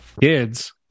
Kids